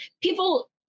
people